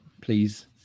please